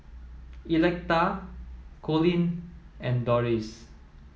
Electa Colin and Doris